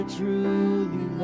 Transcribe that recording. truly